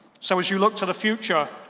so as you look to the future,